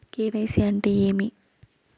KYC అంటే ఏమి?